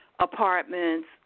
apartments